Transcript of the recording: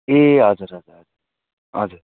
ए हजुर हजुर हजुर हजुर